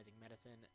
medicine